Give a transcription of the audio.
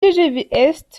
est